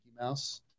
Mouse